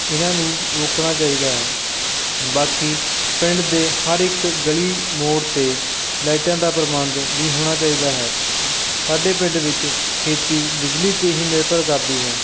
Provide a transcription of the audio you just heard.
ਇਹਨਾਂ ਨੂੰ ਰੋਕਣਾ ਚਾਹੀਦਾ ਹੈ ਬਾਕੀ ਪਿੰਡ ਦੇ ਹਰ ਇੱਕ ਗਲੀ ਮੋੜ 'ਤੇ ਲਾਈਟਾਂ ਦਾ ਪ੍ਰਬੰਧ ਵੀ ਹੋਣਾ ਚਾਹੀਦਾ ਹੈ ਸਾਡੇ ਪਿੰਡ ਵਿੱਚ ਖੇਤੀ ਬਿਜਲੀ 'ਤੇ ਹੀ ਨਿਰਭਰ ਕਰਦੀ ਹੈ